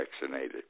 vaccinated